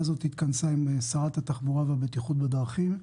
הזאת התכנסה עם שרת התחבורה והבטיחות בדרכים,